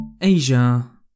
Asia